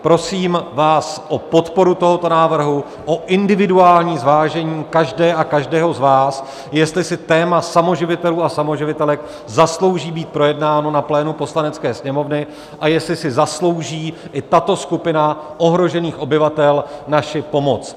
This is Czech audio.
Prosím vás o podporu tohoto návrhu, o individuální zvážení každé a každého z vás, jestli si téma samoživitelů a samoživitelek zaslouží být projednáno na plénu Poslanecké sněmovny a jestli si zaslouží i tato skupina ohrožených obyvatel naši pomoc.